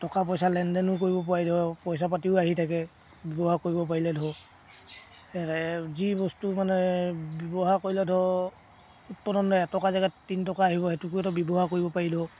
টকা পইচা লেনদেনো কৰিব পাৰি ধৰক পইচা পাতিও আহি থাকে ব্যৱহাৰ কৰিব পাৰিলে ধৰক সে যি বস্তু মানে ব্যৱহাৰ কৰিলে ধৰক উৎপাদন এটকা জেগাত তিনি টকা আহিব সেইটোকো এটা ব্যৱহাৰ কৰিব পাৰিলোহঁক